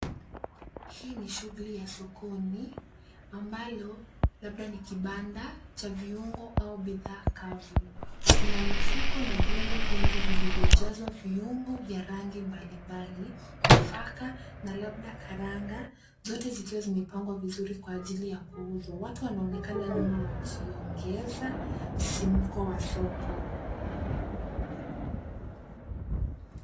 Hii ni shughuli ya sokoni, ambalo labda ni kibanda cha viungo au bidhaa kavu. Kuna mifuko na vyombo vingi vilivyojazwa viungo vya rangi mbalimbali, nafaka na labda karanga. Zote zikiwa zimepangwa vizuri kwa ajili ya kuuzwa. Watu wanaonekana nyuma wakiongeza msisimko wa soko.